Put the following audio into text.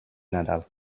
nadal